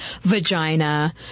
vagina